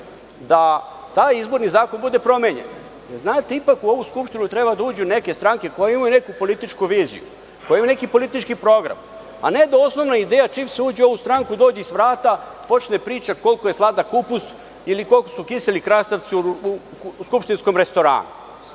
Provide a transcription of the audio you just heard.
da taj izborni zakon bude promenjen. Znate, ipak u ovu Skupštinu treba da uđu neke stranke koje imaju neku političku viziju, koje imaju neki politički program, a ne da osnovna ideja čim se uđe u ovu stranku dođe i sa vrata počne priča koliko je sladak kupus ili koliko su kiseli krastavci u skupštinskom restoranu. Tako